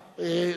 אה,